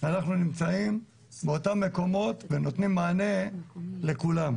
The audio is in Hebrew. אנחנו נמצאים באותם מקומות ונותנים מענה לכולם.